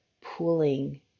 pooling